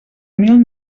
mil